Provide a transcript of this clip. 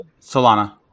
Solana